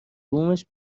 بومش